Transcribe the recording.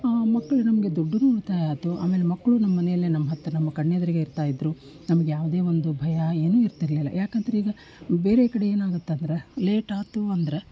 ಮಕ್ಕಳು ನಮಗೆ ದುಡ್ಡೂನು ಉಳಿತಾಯ ಆಯ್ತು ಆಮೇಲೆ ಮಕ್ಕಳು ನಮ್ಮ ಮನೆಯಲ್ಲೇ ನಮ್ಮ ಹತ್ರ ನಮ್ಮ ಕಣ್ಣ ಎದುರಿಗೇ ಇರ್ತಾ ಇದ್ದರು ನಮಗೆ ಯಾವುದೇ ಒಂದು ಭಯ ಏನು ಇರ್ತಿರಲಿಲ್ಲ ಯಾಕಂದರೆ ಈಗ ಬೇರೆ ಕಡೆ ಏನಾಗುತ್ತಂದ್ರೆ ಲೇಟಾಯ್ತು ಅಂದ್ರೆ